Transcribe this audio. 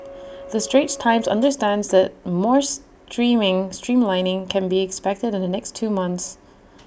the straits times understands that more streaming streamlining can be expected in the next two months